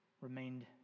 remained